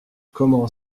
comment